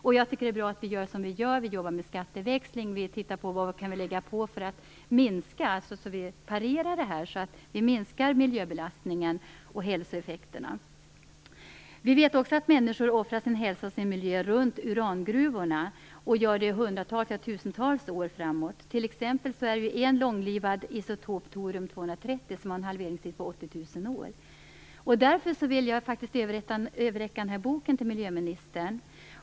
Jag tycker att det är bra att vi gör som vi gör - vi jobbar med skatteväxling, och tittar på vad vi kan göra för att parera detta och minska miljöbelastningen och hälsoeffekterna. Vi vet också att människor offrar sin hälsa och sin miljö runt urangruvorna, och att de kommer att göra det i hundratals, ja tusentals år framåt. Det finns t.ex. en långlivad isotop, Torum 230, som har en halveringstid på 80 000 år. Jag vill överräcka en bok till miljöministern.